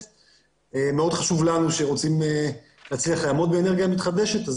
ולנו שרוצים להצליח לעמוד באנרגיה מתחדשת.